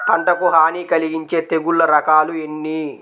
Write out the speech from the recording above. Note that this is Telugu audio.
పంటకు హాని కలిగించే తెగుళ్ళ రకాలు ఎన్ని?